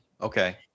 Okay